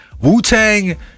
wu-tang